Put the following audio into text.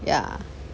ya